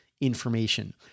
information